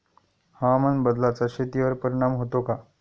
हवामान बदलाचा शेतीवर परिणाम होतो का?